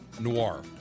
Noir